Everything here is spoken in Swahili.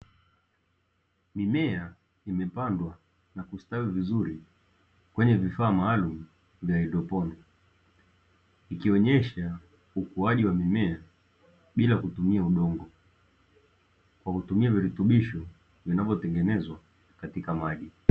Mimea imepandwa na kustawi vizuri kwenye vifaa maalumu vya haidroponi, ikionyesha ukuaji wa mimea bila kutumia udongo kwa kutumia virutubisho vinavyotengenezwa katika maji.